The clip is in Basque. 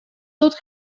dut